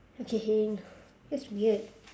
okay heng that's weird